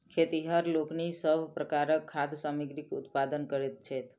खेतिहर लोकनि सभ प्रकारक खाद्य सामग्रीक उत्पादन करैत छथि